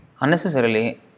unnecessarily